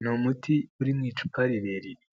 Ni umuti uri mu icupa rirerire